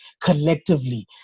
collectively